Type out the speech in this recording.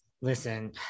Listen